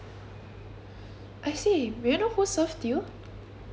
I see may I know who served you